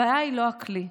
הבעיה היא לא הכלי,